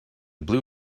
blue